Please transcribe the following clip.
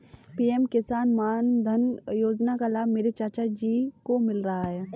PM Kisan Maandhan Yojana का लाभ मेरे चाचा जी को मिल रहा है